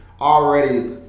already